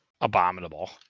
abominable